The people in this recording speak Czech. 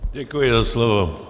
Děkuji za slovo.